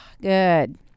Good